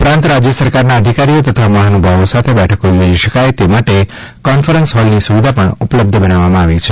ઉપરાંત રાજ્ય સરકારના અધિકારીઓ તથા મહાનુભાવો સાથે બેઠકો યોજી શકાય તે માટે કોન્ફરન્સ હૉલની સુવિધા પણ ઉપલબ્ધ બનાવી છે